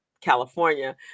california